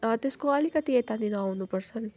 त्यसको अलिकति यतानिर आउनुपर्छ नि